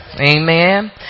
Amen